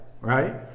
right